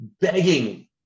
begging